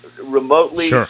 remotely